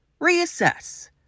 reassess